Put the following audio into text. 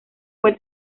fue